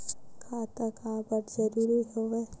खाता का बर जरूरी हवे?